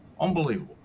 Unbelievable